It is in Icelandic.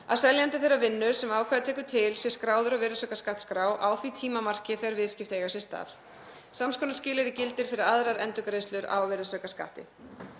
að seljandi þeirrar vinnu sem ákvæðið tekur til sé skráður á virðisaukaskattsskrá á því tímamarki þegar viðskipti eiga sér stað. Sams konar skilyrði gildir fyrir aðrar endurgreiðslur á virðisaukaskatti.